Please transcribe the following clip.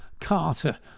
carter